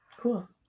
cool